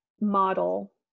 model